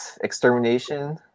extermination